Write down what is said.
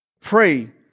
pray